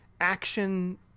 action